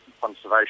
conservation